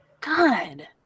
god